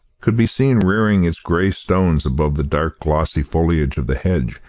could be seen rearing its grey stones above the dark glossy foliage of the hedge,